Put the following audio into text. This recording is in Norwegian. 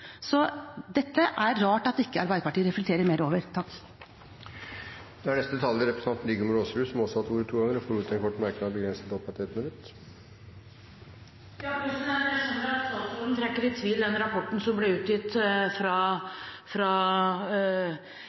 er rart at ikke Arbeiderpartiet reflekterer mer over dette. Representanten Rigmor Aasrud har hatt ordet to ganger tidligere og får ordet til en kort merknad, begrenset til 1 minutt. Jeg skjønner at statsråden trekker i tvil den rapporten som ble utgitt